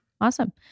Awesome